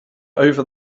over